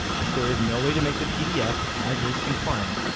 if there is no way to make the pdf, as is, compliant,